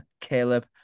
Caleb